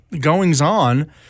goings-on